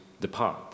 depart